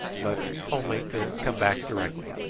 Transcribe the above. but only to come back directly.